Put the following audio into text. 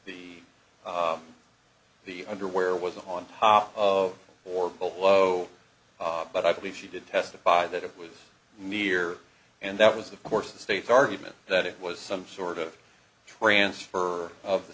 the the underwear was on top of or below but i believe she did testify that it was near and that was of course the state's argument that it was some sort of transfer of the